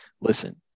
listen